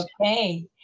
okay